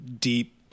deep